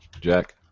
Jack